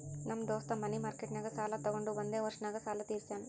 ನಮ್ ದೋಸ್ತ ಮನಿ ಮಾರ್ಕೆಟ್ನಾಗ್ ಸಾಲ ತೊಗೊಂಡು ಒಂದೇ ವರ್ಷ ನಾಗ್ ಸಾಲ ತೀರ್ಶ್ಯಾನ್